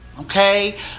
Okay